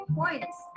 points